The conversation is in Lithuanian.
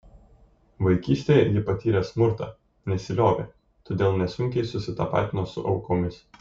vaikystėje ji patyrė smurtą nesiliovė todėl nesunkiai susitapatino su aukomis